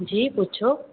जी पुछो